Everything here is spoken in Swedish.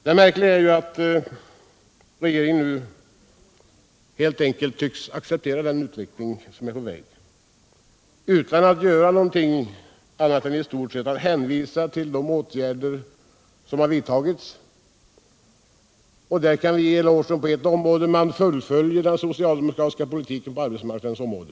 Det märkliga är att regeringen nu helt enkelt tycks acceptera den utveckling som är på väg utan att göra någonting annat än att i stort sett hänvisa till de åtgärder som har vidtagits. Och där kan vi ge en eloge på ett område: Man fullföljer den socialdemokratiska politiken på arbetsmarknadens område.